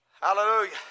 hallelujah